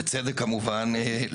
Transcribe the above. בצדק כמובן,